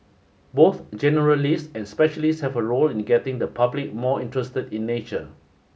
both generalists and specialists have a role in getting the public more interested in nature